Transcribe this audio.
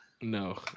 No